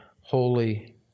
holy